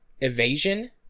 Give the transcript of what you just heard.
evasion